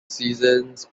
seasons